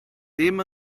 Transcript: ddim